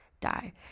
die